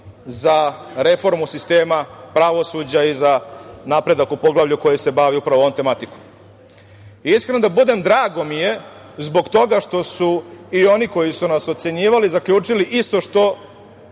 za reformu sistema pravosuđa i za napredak u poglavlju koje se bavi upravo ovom tematikom. Iskren da budem, drago mi je zbog toga što su i oni koji su nas ocenjivali zaključili isto što